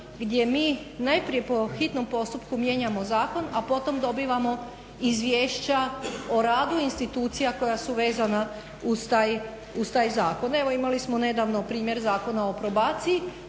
gdje mi najprije po hitnom postupku mijenjamo zakon, a potom dobivamo izvješća o radu institucija koja su vezana uz taj zakon. Evo imali smo nedavno primjer Zakona o probaciji